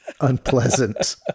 unpleasant